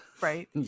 right